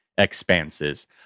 Expanses